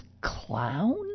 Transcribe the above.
clown